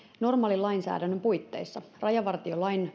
normaalin lainsäädännön puitteissa rajavartiolain